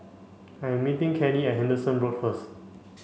I'm meeting Cannie at Henderson Road first